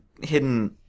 hidden